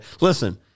Listen